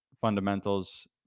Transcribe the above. fundamentals